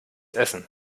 essen